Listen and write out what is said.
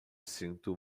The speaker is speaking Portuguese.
sinto